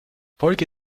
folge